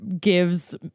gives